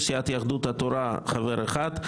מסיעת יהדות התורה חבר אחד,